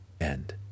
end